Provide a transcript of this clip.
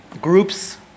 groups